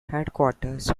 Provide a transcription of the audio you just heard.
headquarters